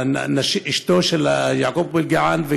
אשתו של יעקב אבו אלקיעאן,